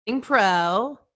pro